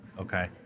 Okay